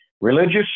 Religious